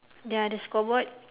ya other scoreboard